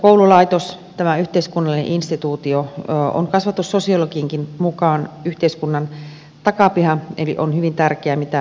koululaitos tämä yhteiskunnallinen instituutio on kasvatussosiologienkin mukaan yhteiskunnan takapiha eli on hyvin tärkeää mitä kouluissamme tapahtuu